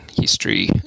history